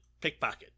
pickpocket